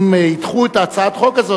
אם ידחו את הצעת החוק הזאת,